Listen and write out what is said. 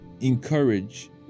encourage